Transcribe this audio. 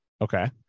Okay